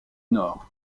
nord